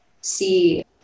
see